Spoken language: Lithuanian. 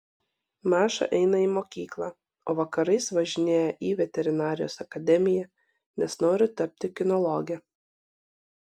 maša eina į mokyklą o vakarais važinėja į veterinarijos akademiją nes nori tapti kinologe